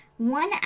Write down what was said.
One